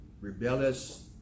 rebellious